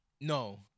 No